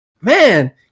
man